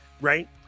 right